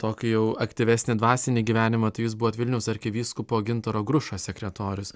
tokį jau aktyvesnį dvasinį gyvenimą jūs buvot vilniaus arkivyskupo gintaro grušo sekretorius